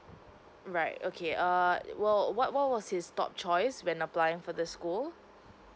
right okay err well what was his top choice when applying for the school